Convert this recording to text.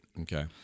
Okay